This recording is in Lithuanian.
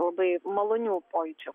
labai malonių pojūčių